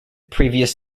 previous